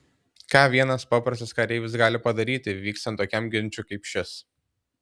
ką vienas paprastas kareivis gali padaryti vykstant tokiam ginčui kaip šis